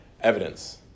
evidence